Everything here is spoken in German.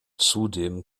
zudem